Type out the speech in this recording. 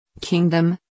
Kingdom